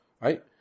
right